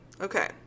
Okay